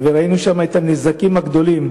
וראינו שם את הנזקים הגדולים